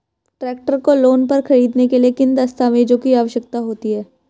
Tractor को loan पर खरीदने के लिए किन दस्तावेज़ों की आवश्यकता होती है?